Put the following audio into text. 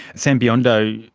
sam biondo,